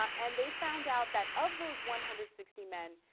and they found out that of those one hundred sixty men